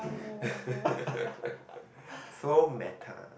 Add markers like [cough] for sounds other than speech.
[laughs] so meta